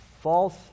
false